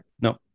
no